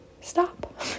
stop